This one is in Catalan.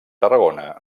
tarragona